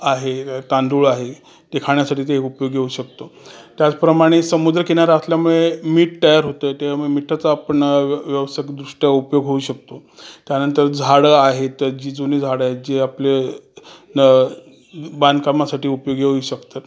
आहे तांदूळ आहे ते खाण्यासाठी ते उपयोगी येऊ शकतो त्याचप्रमाणे समुद्र किनारा असल्यामुळे मीठ तयार होतं त्यामुळे मिठाचं आपण व्यावसायिक दृष्ट्या उपयोग होऊ शकतो त्यानंतर झाडं आहेत जी जुनी झाडं आहेत जी आपलं बांधकामासाठी उपयोगी येऊ शकतात